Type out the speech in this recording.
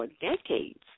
decades